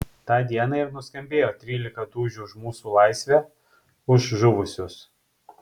tą dieną ir nuskambėjo trylika dūžių už mūsų laisvę už žuvusius